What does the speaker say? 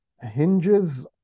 hinges